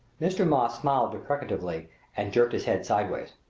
mr. moss smiled deprecatingly and jerked his head sideways.